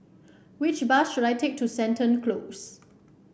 which bus should I take to Seton Close